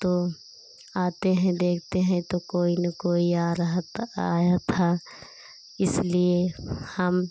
तो आते हैं देखते हैं तो कोई ना कोई आ रहा था आया था इसलिए हम